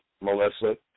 melissa